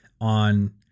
on